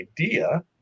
idea